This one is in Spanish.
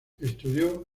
estudió